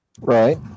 Right